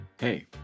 Hey